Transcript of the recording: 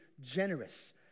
generous